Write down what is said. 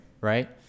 right